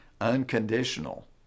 unconditional